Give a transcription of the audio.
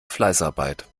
fleißarbeit